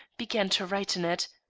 began to write in it.